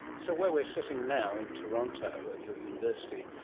so where we're sitting now in toronto at your university,